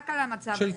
רק על המצב הזה?